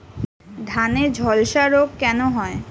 ধানে ঝলসা রোগ কেন হয়?